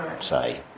say